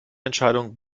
entscheidung